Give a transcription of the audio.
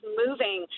moving